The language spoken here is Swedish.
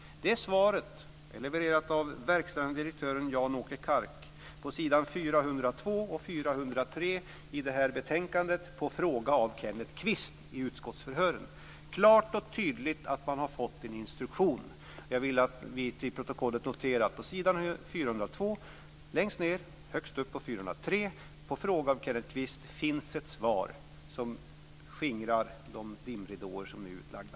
Det svaret är levererat av verkställande direktör Jan-Åke Kark på s. 402 och 403 i betänkandet på fråga av Kenneth Kvist i utskottsförhöret. Han säger klart och tydligt att man har fått en instruktion. Jag vill att vi till protokollet noterar att det på s. 402, längst ned, och på s. 403, högst upp, på fråga av Kenneth Kvist finns ett svar som skingrar de dimridåer som nu är utlagda.